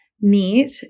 neat